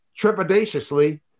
trepidatiously